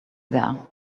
there